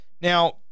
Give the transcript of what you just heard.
now